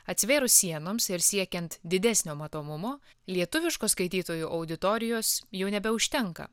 atsivėrus sienoms ir siekiant didesnio matomumo lietuviškos skaitytojų auditorijos jau nebeužtenka